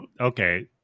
okay